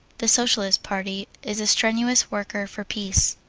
the socialist party is a strenuous worker for peace.